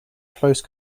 close